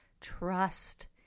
Trust